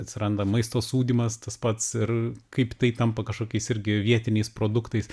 atsiranda maisto sūdymas tas pats ir kaip tai tampa kažkokiais irgi vietiniais produktais